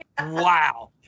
Wow